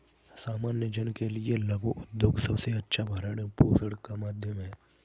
सामान्य जन के लिये लघु उद्योग सबसे अच्छा भरण पोषण का माध्यम है